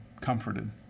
comforted